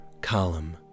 column